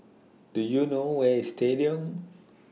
Do YOU know Where IS Stadium